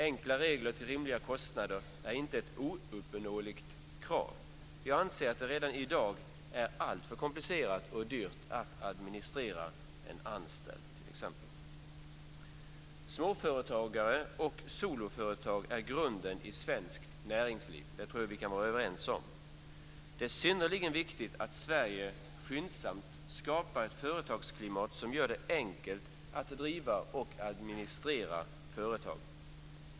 Enkla regler till rimliga kostnader är inte ett ouppnåeligt krav. Jag anser att det redan i dag är alltför komplicerat och dyrt att administrera en anställd, t.ex. Småföretagare och soloföretag är grunden i svenskt näringsliv. Det tror jag vi kan vara överens om. Det är synnerligen viktigt att Sverige skyndsamt skapar ett företagsklimat som gör det enkelt att driva och administrera företag.